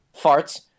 Farts